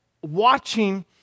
watching